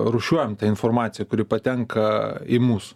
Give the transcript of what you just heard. rūšiuojam tą informaciją kuri patenka į mus